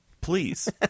Please